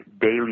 daily